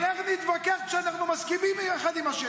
אבל איך נתווכח כשאנחנו מסכימים אחד עם השני?